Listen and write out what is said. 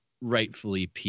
rightfully